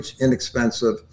inexpensive